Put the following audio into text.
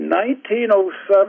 1907